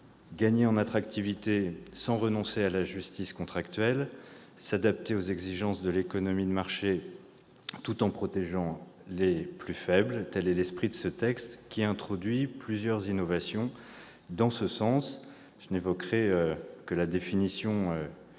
Gagner en attractivité sans renoncer à la justice contractuelle ; s'adapter aux exigences de l'économie de marché tout en protégeant les plus faibles : tel est l'esprit de ce texte, qui introduit plusieurs innovations en ce sens. Je ne ferai qu'évoquer la définition dans le